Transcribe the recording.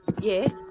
Yes